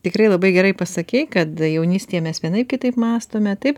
tikrai labai gerai pasakei kad jaunystėje mes vienaip kitaip mąstome taip